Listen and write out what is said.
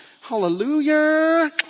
Hallelujah